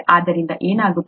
ಅದರಿಂದ ಏನಾಗುತ್ತದೆ